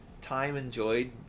time-enjoyed